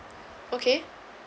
okay